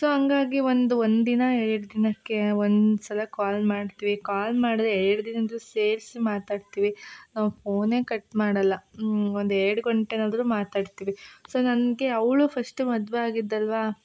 so ಹಂಗಾಗಿ ಒಂದು ಒಂದು ದಿನ ಎರಡು ದಿನಕ್ಕೆ ಒಂದು ಸಲ ಕಾಲ್ ಮಾಡ್ತೀವಿ ಕಾಲ್ ಮಾಡಿದರೆ ಎರಡು ದಿನದ್ದು ಸೇರಿಸಿ ಮಾತಾಡ್ತೀವಿ ನಾವು ಪೋನೇ ಕಟ್ ಮಾಡಲ್ಲ ಒಂದು ಎರಡು ಗಂಟೆನಾದ್ರೂ ಮಾತಾಡ್ತೀವಿ ಸೊ ನನಗೆ ಅವಳು ಫಸ್ಟ್ ಮದುವೆ ಆಗಿದ್ದಲ್ಲವ